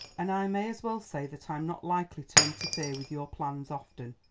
and i may as well say that i'm not likely to interfere with your plans often.